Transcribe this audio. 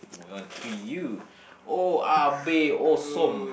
moving on to you oya-beh-ya-som